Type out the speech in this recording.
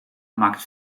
maakt